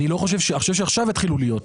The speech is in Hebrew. אני לא חושב, אני חושב שעכשיו יתחילו להיות.